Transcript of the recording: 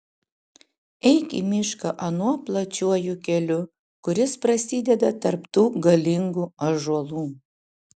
eik į mišką anuo plačiuoju keliu kuris prasideda tarp tų galingų ąžuolų